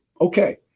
Okay